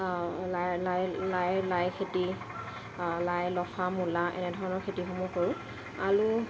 লাই লাই লাই লাই খেতি লাই লফা মূলা এনেধৰণৰ খেতিসমূহ কৰোঁ আলু